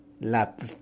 lap